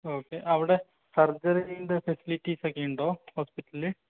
okay അവടെ സർജറിയുടെ ഫെസിലിറ്റീസൊക്കെയുണ്ടോ ഹോസ്പിറ്റലില്